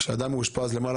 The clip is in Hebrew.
נניח ואדם מאושפז למעלה